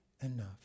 enough